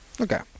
Okay